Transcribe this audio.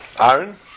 Aaron